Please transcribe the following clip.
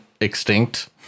extinct